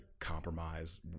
compromise